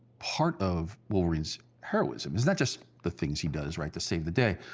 part of wolverine's heroism is not just the things he does, right, to save the day,